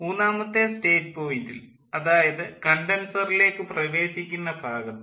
മൂന്നാമത്തെ സ്റ്റേറ്റ് പോയിൻ്റിൽ അതായത് കണ്ടൻസറിലേക്ക് പ്രവേശിക്കുന്ന ഭാഗത്ത്